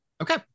Okay